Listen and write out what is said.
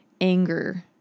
anger